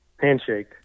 Handshake